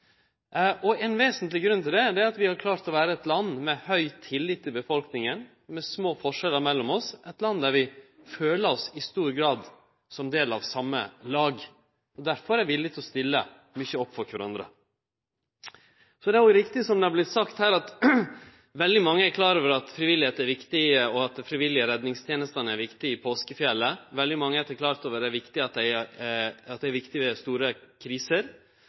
Ein vesentleg grunn til det er at vi har klart å vere eit land med høg tillit i befolkninga, med små forskjellar mellom oss, eit land der vi i stor grad føler oss som del av same lag, og derfor er villige til å stille mykje opp for kvarandre. Det er riktig som det har vorte sagt her, at veldig mange er klar over at frivilligheit er viktig, at dei frivillige redningstenestene er viktige i påskefjellet – at dei er viktige ved store kriser. At